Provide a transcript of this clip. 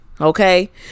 okay